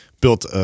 built